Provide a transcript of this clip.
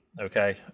okay